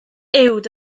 uwd